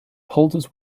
polders